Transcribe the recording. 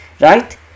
right